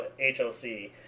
hlc